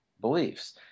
beliefs